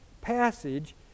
passage